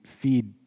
feed